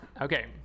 Okay